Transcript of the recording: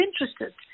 interested